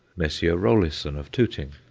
messrs. rollisson of tooting,